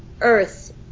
Earth